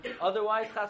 Otherwise